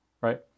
right